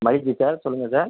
மைக்கு பேரை சொல்லுங்கள் சார்